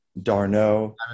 Darno